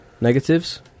Negatives